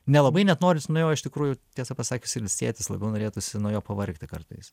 nelabai net norisi nuo jo iš tikrųjų tiesą pasakius ilsėtis labiau norėtųsi nuo jo pavargti kartais